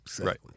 Right